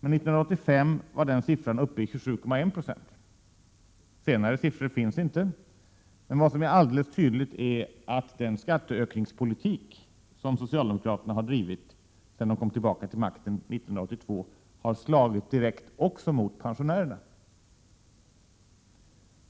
men 1985 var den siffran uppei27,1 90. Senare siffror finns inte. Vad som är alldeles tydligt är dock att den skatteökningspolitik som socialdemokraterna drivit sedan de kom tillbaka till makten 1982 har slagit direkt också mot pensionärerna.